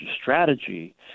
strategy